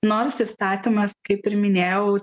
nors įstatymas kaip ir minėjau